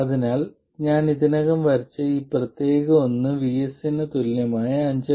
അതിനാൽ ഞാൻ ഇതിനകം വരച്ച ഈ പ്രത്യേക ഒന്ന് VS ന് തുല്യമായ 5